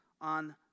on